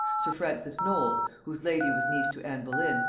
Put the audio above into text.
sir francis knowles, whose lady was niece to anne boleyn,